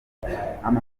amafaranga